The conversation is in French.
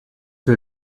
que